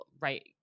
right